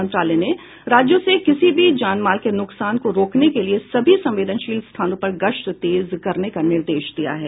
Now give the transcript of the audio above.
मंत्रालय ने राज्यों से किसी भी जानमाल के नुकसान को रोकने के लिए सभी संवेदनशील स्थानों पर गश्त तेज करने का निर्देश दिया है